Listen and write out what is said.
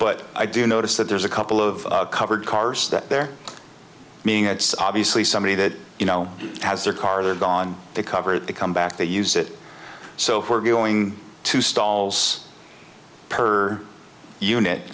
but i do notice that there's a couple of covered cars that they're meaning it's obviously somebody that you know has their car they're gone they covered it come back they use it so we're going to stalls per unit